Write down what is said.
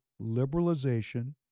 liberalization